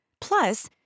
Plus